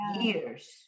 years